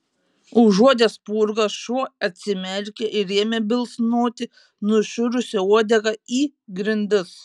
užuodęs spurgas šuo atsimerkė ir ėmė bilsnoti nušiurusia uodega į grindis